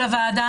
הוועדה